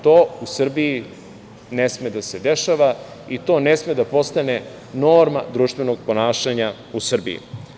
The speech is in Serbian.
To u Srbiji ne sme da se dešava i to ne sme da postane norma društvenog ponašanja u Srbiji.